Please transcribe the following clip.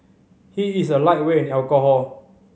he is a lightweight in alcohol